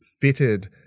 fitted